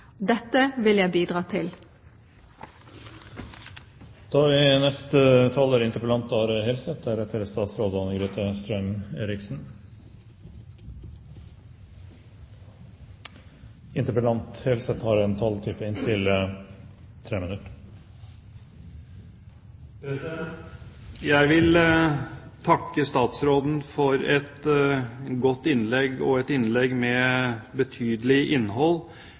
Dette vil jeg bidra til. Jeg vil takke statsråden for et godt innlegg, et innlegg med betydelig innhold. Vi har i Norge på